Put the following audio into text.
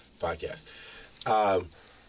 podcast